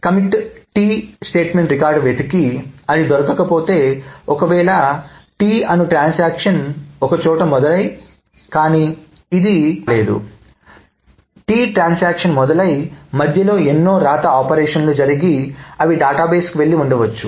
commit T record వెతికి అది దొరకకపోతే ఒకవేళ T అను ట్రాన్సాక్షన్ ఒక చోట మొదలయ్యి కానీ అది ఇది కమిటెడ్ కాలేదు T ట్రాన్సాక్షన్ మొదలయ్యి మధ్యలో ఎన్నో రాత ఆపరేషన్లు జరిగి అవి డేటాబేస్ కి వెళ్లి ఉండవచ్చు